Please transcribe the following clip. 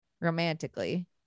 romantically